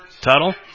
Tuttle